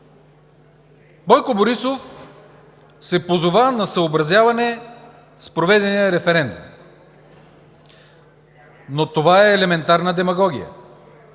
Бойко Борисов се позова на съобразяване с проведения референдум, но това е елементарна демагогия,